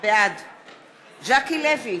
בעד ז'קי לוי,